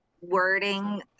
wording